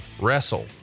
wrestle